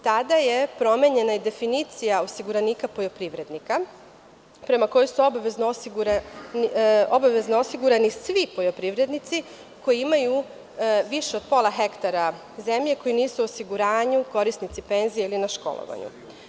Tada je promenjena definicija osiguranika poljoprivrednika, prema kojoj su obavezno osigurani svi poljoprivrednici koji imaju više od pola hektara zemlje koji nisu korisnici penzija ili na školovanju.